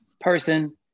person